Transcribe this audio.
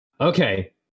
Okay